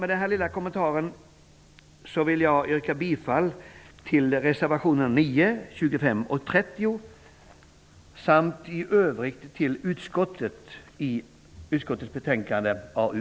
Med den här lilla kommentaren vill jag yrka bifall till reservationerna 9, 25 och 30 samt i övrigt till utskottets hemställan i betänkande AU